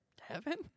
heaven